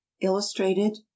illustrated